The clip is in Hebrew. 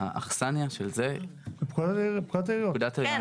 האכסניה של זה בפקודת העיריות.